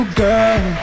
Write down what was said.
girl